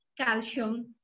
calcium